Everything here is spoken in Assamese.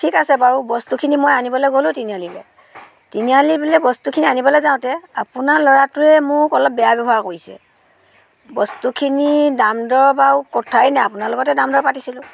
ঠিক আছে বাৰু বস্তুখিনি মই আনিবলৈ গ'লোঁ তিনিআলিলৈ তিনিআলি বুলি বস্তুখিনি আনিবলৈ যাওঁতে আপোনাৰ ল'ৰাটোৱে মোক অলপ বেয়া ব্যৱহাৰ কৰিছে বস্তুখিনি দামদৰ বাৰু কথাই নাই আপোনাৰ লগতহে দামদৰ পাতিছিলোঁ